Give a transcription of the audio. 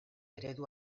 eredu